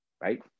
right